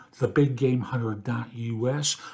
TheBigGameHunter.us